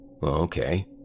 Okay